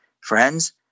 Friends